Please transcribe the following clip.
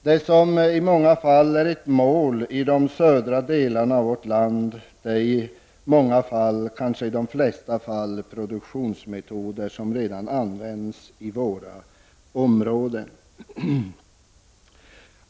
Det som är ett mål i de södra delarna av vårt land är kanske i de flesta fall produktionsmetoder som redan används i våra områden.